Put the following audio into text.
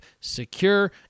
secure